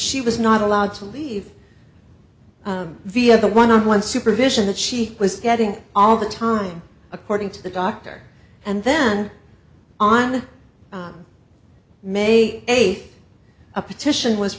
she was not allowed to leave via the one on one supervision that she was getting all the time according to the doctor and then on may eighth a petition was